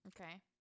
okay